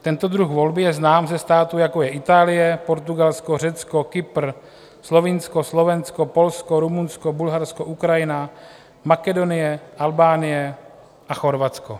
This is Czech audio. Tento druh volby je znám ze států, jako je Itálie, Portugalsko, Řecko, Kypr, Slovinsko, Slovensko, Polsko, Rumunsko, Bulharsko, Ukrajina, Makedonie, Albánie a Chorvatsko.